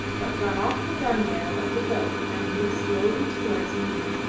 but got off the gunwale of the boat and moved slowly towards nina,